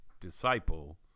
disciple